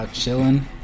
chilling